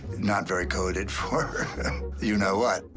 not very coded for you know what.